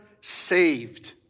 saved